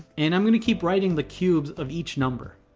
and i'm going to keep writing the cubes of each number.